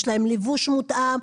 יש להם לבוש מותאם.